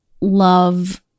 love